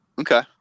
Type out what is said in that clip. okay